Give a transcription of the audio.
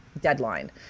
deadline